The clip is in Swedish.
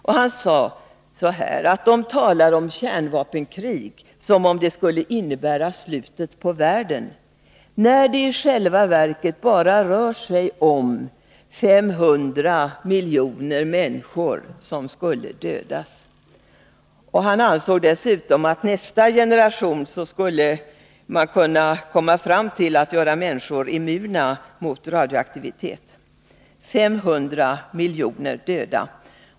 Kaptenen sade: ”De talar om kärnvapenkrig som om det skulle innebära slutet på världen, då det i själva verket bara rör sig om 500 miljoner människor som skulle dödas.” Han ansåg dessutom att man i nästa generation skulle kunna göra människor immuna mot radioaktivitet. 500 miljoner döda!